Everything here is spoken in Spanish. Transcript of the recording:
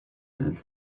del